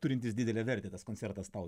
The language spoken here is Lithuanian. turintis didelę vertę tas koncertas tau